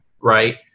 right